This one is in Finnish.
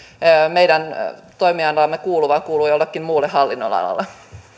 meidän toimialaamme kuulu vaan kuuluu jollekin muulle hallinnonalalle